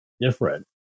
different